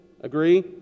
Agree